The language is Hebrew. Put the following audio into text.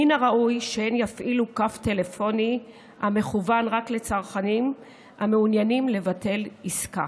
מן הראוי שהם יפעילו קו טלפוני המכוון רק לצרכנים המעוניינים לבטל עסקה.